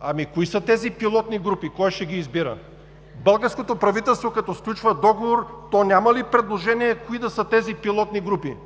Ами, кои са тези пилотни групи? Кой ще ги избира? Българското правителство като сключва договор, то няма ли предложение кои да са тези пилотни групи?